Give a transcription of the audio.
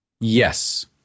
yes